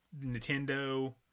Nintendo